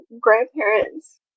grandparents